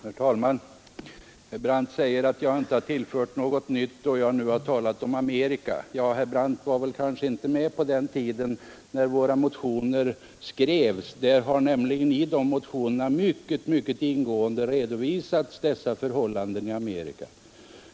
Herr talman! Herr Brandt sade att jag inte tillförde debatten något nytt, när jag talade om Amerika, men herr Brandt var kanske inte med på den tiden då våra motioner skrevs. I dem redovisades nämligen mycket ingående hur förhållandena på detta område är i Amerika.